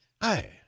Hey